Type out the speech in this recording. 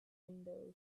windows